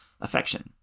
affection